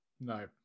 No